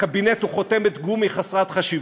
הקבינט הוא חותמת גומי חסרת חשיבות.